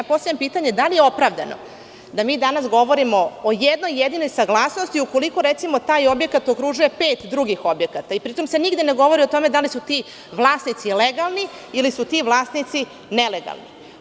Postavljam pitanje – da li je opravdano da mi danas govorimo o jednoj jedinoj saglasnosti ukoliko, recimo, taj objekat okružuje pet drugih objekata, a pri tome se nigde ne govori o tome da li su ti vlasnici legalni ili su ti vlasnici nelegalni?